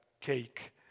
cake